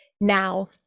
now